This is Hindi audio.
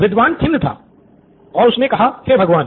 विद्वान खिन्न था और उसने कहा हे भगवान